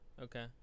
Okay